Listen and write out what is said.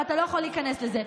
ואתה לא יכול להיכנס לזה,